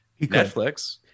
Netflix